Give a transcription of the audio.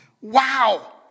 wow